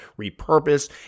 repurposed